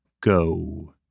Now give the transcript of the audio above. go